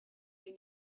you